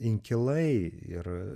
inkilai ir